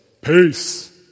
Peace